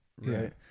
right